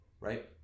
right